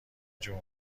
جون